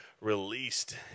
released